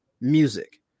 music